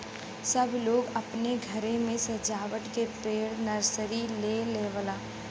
सब लोग अपने घरे मे सजावत के पेड़ नर्सरी से लेवला